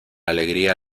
alegría